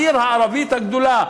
העיר הערבית הגדולה,